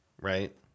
right